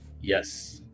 Yes